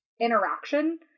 interaction